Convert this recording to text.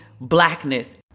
blackness